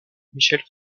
michel